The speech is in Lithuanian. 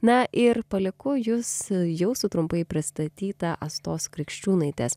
na ir palieku jus jau su trumpai pristatyta astos krikščiūnaitės